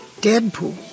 Deadpool